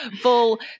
full